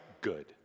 good